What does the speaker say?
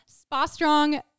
spa-strong